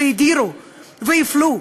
שהדירו והפלו,